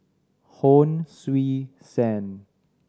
Hon Sui Sen